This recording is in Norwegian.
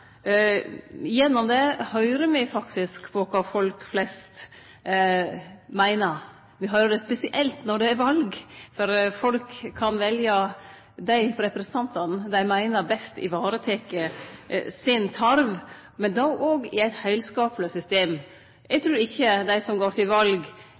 Gjennom det høyrer me faktisk på kva folk flest meiner. Me høyrer det spesielt når det er val. Folk kan velje dei representantane dei meiner best varetek deira tarv. Men det er òg eit heilskapleg system. Eg trur ikkje dei som går til val,